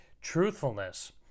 Truthfulness